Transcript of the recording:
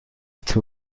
too